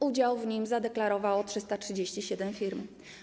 Udział w nim zadeklarowało 337 firm.